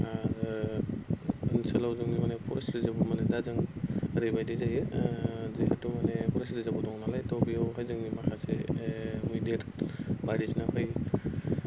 आरो ओनसोलाव जोंनि फरेस्ट रिजार्भाव माने दा जों ओरैबायदि जायो जिहेतु माने फरेस्ट रिजार्भाव दं नालाय त' बेयावहाय जोंनि माखासे मैदेर बायदिसिना फैयो